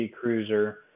Cruiser